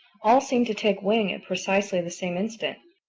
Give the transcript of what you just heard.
all seemed to take wing at precisely the same instant.